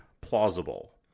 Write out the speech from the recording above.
plausible